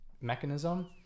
mechanism